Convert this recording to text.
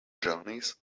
journeys